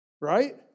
Right